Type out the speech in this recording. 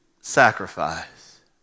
sacrifice